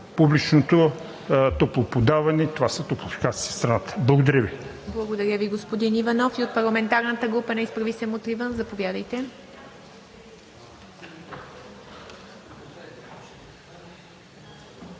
публичното топлоподаване. Това са топлофикациите в страната. Благодаря Ви.